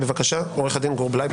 בבקשה, עורך דין גור בליי.